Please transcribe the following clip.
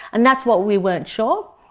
and that's what we weren't sure